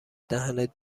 دهنت